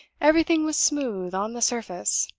everything was smooth on the surface.